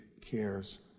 cares